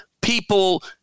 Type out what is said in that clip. people